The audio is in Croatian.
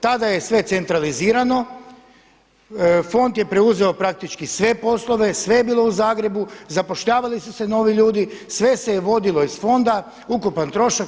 Tada je sve centralizirano, fond je preuzeo praktički sve poslove, sve je bilo u Zagrebu, zapošljavali su se novi ljudi, sve se je vodilo iz fonda, ukupan trošak.